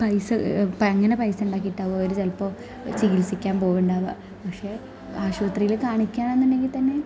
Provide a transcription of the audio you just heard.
പൈസ അങ്ങനെ പൈസയുണ്ടാക്കിയിട്ടാകും അവർ ചിലപ്പോൾ ചികിത്സിക്കാന് പോകുന്നുണ്ടാകുക പക്ഷെ ആശുപത്രിയിൽ കാണിക്കണം എന്നുണ്ടെങ്കിൽ തന്നെ